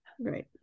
Right